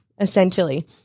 essentially